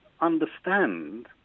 understand